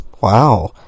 Wow